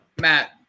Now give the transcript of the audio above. Matt